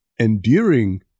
endearing